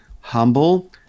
humble